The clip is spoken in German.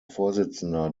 vorsitzender